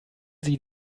sie